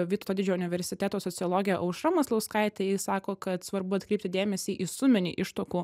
vytauto didžiojo universiteto sociologė aušra maslauskaitė ji sako kad svarbu atkreipti dėmesį į suminį ištuokų